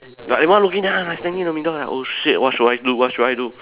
ya everyone looking then I like standing in the middle like oh shit what should I do what should I do